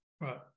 Right